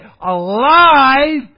alive